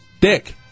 Dick